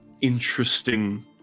interesting